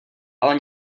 ale